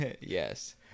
Yes